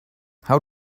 how